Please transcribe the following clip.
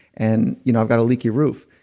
and you know i've got a leaky roof.